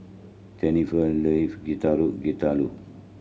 Jenifer love Getuk Getuk